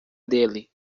dele